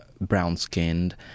brown-skinned